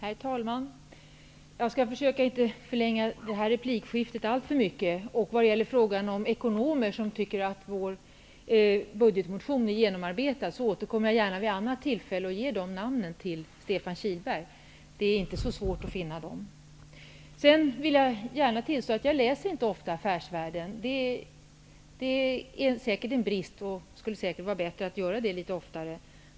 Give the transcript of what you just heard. Herr talman! Jag skall försöka att inte förlänga detta replikskifte alltför mycket. Jag återkommer gärna vid ett annat tillfälle och ger Stefan Kihlberg namnen på ekonomer som tycker att vår budgetmotion är genomarbetad. Det är inte så svårt att finna sådana namn. Jag tillstår gärna att jag inte så ofta läser Affärs världen. Det är säkert en brist. Det skulle säkert vara bra att läsa den litet oftare.